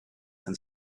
and